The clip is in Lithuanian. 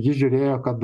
ji žiūrėjo kad